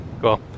Cool